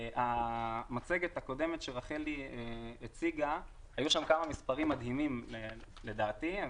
במצגת שרחלי הציגה היו שם כמה מספרים מדהימים לדעתי,